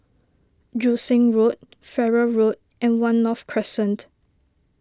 Joo Seng Road Farrer Road and one North Crescent